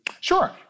sure